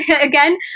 again